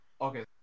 Okay